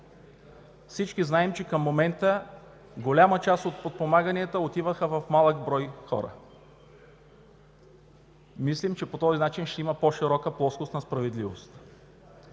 Всички знаем, че към момента голяма част от подпомаганията отиваха в малък брой хора. Мислим, че по този начин ще има по-широка плоскост на справедливост.